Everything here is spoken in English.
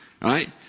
right